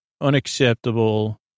Unacceptable